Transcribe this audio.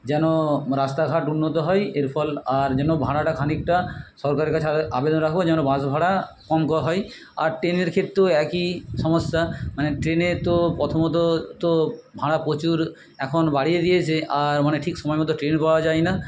যেন রাস্তাঘাট উন্নত হয় এর ফল আর যেন ভাড়াটা খানিকটা সরকারের কাছে আবেদন রাখব যেন বাস ভাড়া কম করা হয়ই আর টেনের ক্ষেত্রেও একই সমস্যা মানে ট্রেনে তো প্রথমত তো ভাড়া প্রচুর এখন বাড়িয়ে দিয়েছে আর মনে ঠিক সময় মতো ট্রেন পাওয়া যায় না